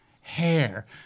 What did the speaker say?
hair